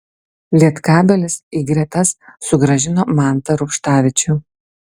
lietkabelis į gretas sugrąžino mantą rubštavičių